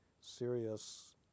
serious